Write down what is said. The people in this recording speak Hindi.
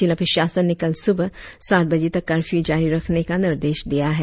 जिला प्रशासन ने कल सुबह सात बजे तक कर्फ्यू जारी रखने का निर्देश दिया है